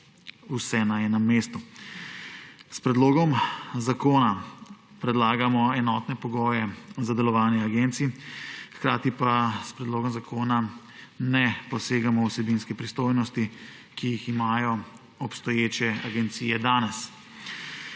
vse na enem mestu. S predlogom zakona predlagamo enotne pogoje za delovanje agencij, hkrati pa s predlogom zakona ne posegamo v vsebinske pristojnosti, ki jih imajo obstoječe agencije danes.